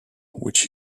which